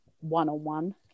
one-on-one